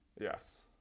Yes